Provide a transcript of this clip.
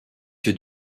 que